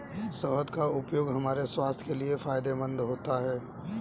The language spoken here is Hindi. शहद का उपयोग हमारे स्वास्थ्य के लिए फायदेमंद होता है